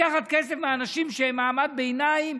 לקחת כסף מאנשים שהם מעמד ביניים,